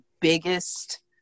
biggest